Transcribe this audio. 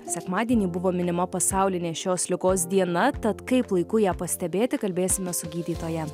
sekmadienį buvo minima pasaulinė šios ligos diena tad kaip laiku ją pastebėti kalbėsime su gydytoja